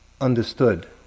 understood